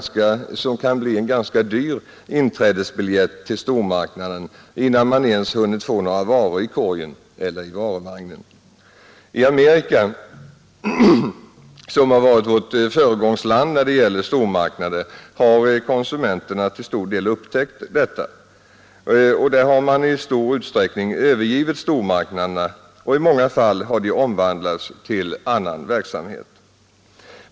som kan bli en ganska dyr inträdesbiljett till stormarknaden innan man ens hunnit få några varor i korgen eller varuvagnen. I Amerika som varit vårt föregångsland när det gäller stormarknader har konsumenterna till stor del upptäckt detta. Där har man i stor utsträckning övergivit stormarknaderna och i många fall har de omvandlats till annan verksamhet.